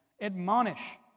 Admonish